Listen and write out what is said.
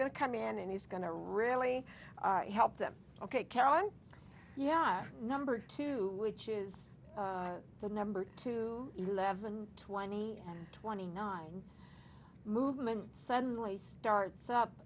going to come in and he's going to really help them ok karen yeah number two which is the number two eleven twenty and twenty nine movement suddenly starts up